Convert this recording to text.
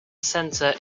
centre